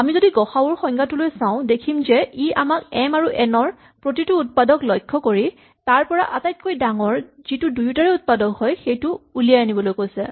আমি যদি গ সা উ ৰ সংজ্ঞাটোলৈ চাওঁ দেখিম যে ই আমাক এম আৰু এন ৰ প্ৰতিটো উৎপাদক লক্ষ্য কৰি তাৰ পৰা আটাইতকৈ ডাঙৰ যিটো দুয়োটাৰে উৎপাদক হয় সেইটোকে উলিয়াই আনিবলৈ কৈছে